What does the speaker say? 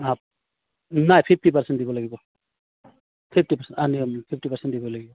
অঁ নাই fifty percent দিব লাগিব ফিফটি পাৰ্চেণ্ট ফিফটি পাৰ্চেণ্ট দিব লাগিব